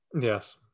Yes